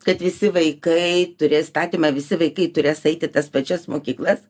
kad visi vaikai turi įstatymą visi vaikai turės eit į tas pačias mokyklas